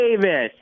Davis